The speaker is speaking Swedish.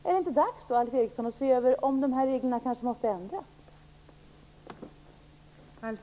Är det då inte dags att se om reglerna kanske måste ändras?